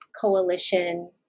coalition